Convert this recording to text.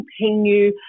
continue